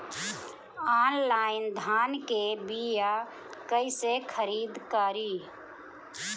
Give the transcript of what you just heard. Online धान के बीया कइसे खरीद करी?